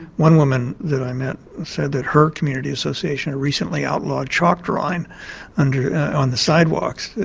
one woman that i met said that her community association recently outlawed chalk drawing and on the sidewalks,